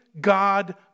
God